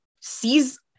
sees